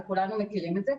וכולנו מכירים את זה,